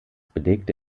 belegte